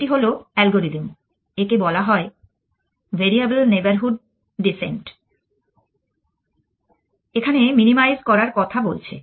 এটি হল অ্যালগরিদম একে বলা হয় ভ্যারিয়েবল নেইবরহুড ডিসেনট এখানে মিনিমাইজ করার কথা বলছে